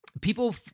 People